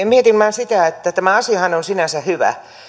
mietin vain sitä että tämä asiahan on sinänsä hyvä